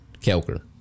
Kelker